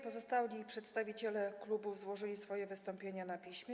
Pozostali przedstawiciele klubów złożyli swoje wystąpienia na piśmie.